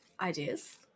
ideas